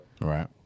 right